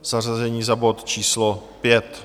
Zařazení za bod číslo 5.